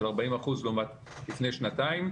של 40% לעומת לפני שנתיים,